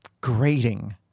grating